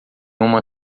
uma